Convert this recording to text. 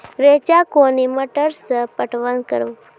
रेचा कोनी मोटर सऽ पटवन करव?